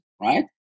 right